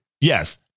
Yes